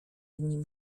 nim